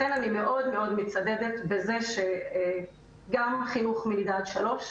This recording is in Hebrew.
לכן אני מאוד מאוד מצדדת בזה שגם חינוך מגיל לידה עד שלוש,